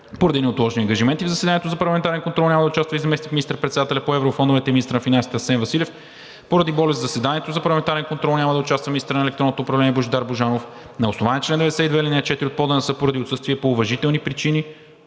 Поради неотложни ангажименти в заседанието за парламентарен контрол няма да участва заместник министър-председателят по еврофондовете и министър на финансите Асен Василев. Поради болест в заседанието за парламентарен контрол няма да участва министърът на електронното управление Божидар Божанов. На основание чл. 92, ал. 4 от Правилника за организацията и дейността на